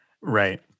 Right